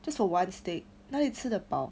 just for one steak 哪里吃得饱